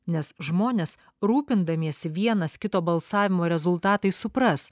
nes žmonės rūpindamiesi vienas kito balsavimo rezultatais supras